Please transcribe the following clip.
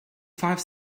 five